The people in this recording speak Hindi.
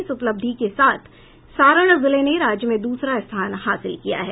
इस उपलब्धि के साथ सारण जिले ने राज्य में दूसरा स्थान हासिल किया है